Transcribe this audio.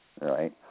Right